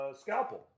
scalpel